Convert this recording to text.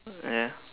ya